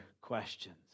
questions